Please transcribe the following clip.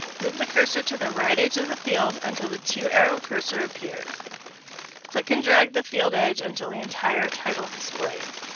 move the cursor to the right edge of the field until the two-arrow cursor appears click and drag the field edge until the entire title displays.